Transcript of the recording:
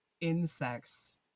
insects